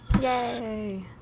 Yay